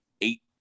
eight